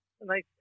nice